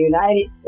United